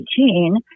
2018